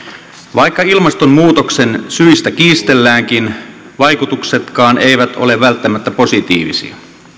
vaikka ilmastonmuutoksen syistä kiistelläänkin vaikutuksetkaan eivät ole välttämättä positiivisia